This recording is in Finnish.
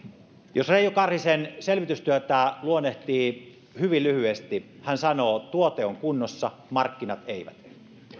jos reijo karhisen selvitystyötä luonnehtii hyvin lyhyesti hän sanoo tuote on kunnossa markkinat eivät